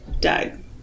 died